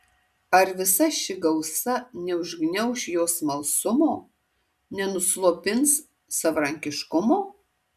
ar visa ši gausa neužgniauš jo smalsumo nenuslopins savarankiškumo